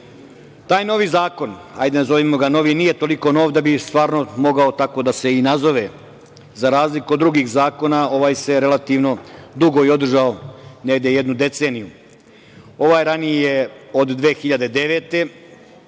Taj novi zakon, nazovimo ga novim, nije toliko nov da bi stvarno mogao da bi tako mogao da se nazove. Za razliku od drugih zakona ovaj se relativno dugo i održao, negde jednu deceniju. Ovaj ranije od 2009.